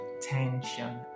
tension